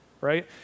right